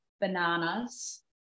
bananas